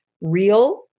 real